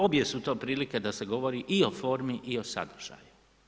Obje su to prilike da se govori i o formi i o sadržaju.